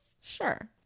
Sure